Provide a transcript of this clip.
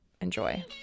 Enjoy